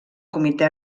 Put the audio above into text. comitè